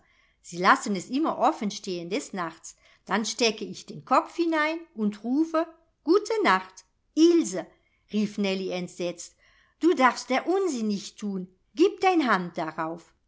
sie lassen es immer offen stehen des nachts dann stecke ich den kopf hinein und rufe gute nacht ilse rief nellie entsetzt du darfst der unsinn nicht thun gieb dein hand darauf